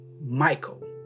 Michael